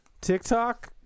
TikTok